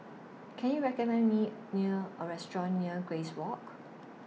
Can YOU recommend Me near A Restaurant near Grace Walk